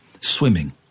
swimming